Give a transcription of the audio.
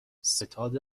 ستاد